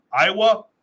Iowa